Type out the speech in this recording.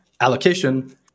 Allocation